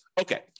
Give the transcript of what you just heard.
Okay